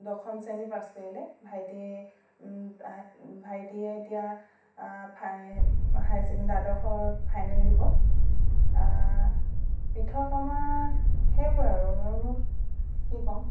দশম শ্ৰেণী পাছ কৰিলে ভাইটি ভাইটিয়ে এতিয়া হাই ছেকেণ্ডাৰী দ্বাদশৰ ফাইনেল দিব পৃথক আমাৰ সেইবোৰ আৰু আৰুনো কি ক'ম